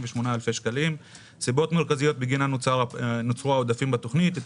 אלפי ש״ח : סיבות מרכזיות בגינן נוצרו עודפים בתכנית: א.